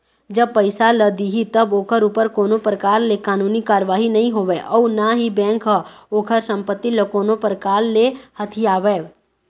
जब पइसा ल दिही तब ओखर ऊपर कोनो परकार ले कानूनी कारवाही नई होवय अउ ना ही बेंक ह ओखर संपत्ति ल कोनो परकार ले हथियावय